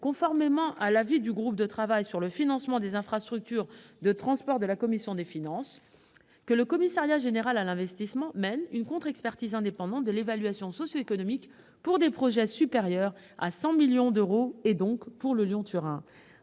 conformément à l'avis du groupe de travail sur le financement des infrastructures de transport de la commission des finances, que le Commissariat général à l'investissement mène une contre-expertise indépendante de l'évaluation socio-économique pour des projets supérieurs à 100 millions d'euros et donc pour la liaison Lyon-Turin.